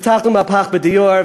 הבטחנו מהפך בדיור,